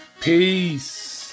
Peace